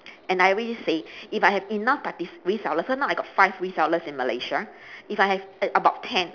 and I already say if I have enough parti~ reseller so now I got five resellers in malaysia if I have a~ about ten